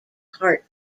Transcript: heart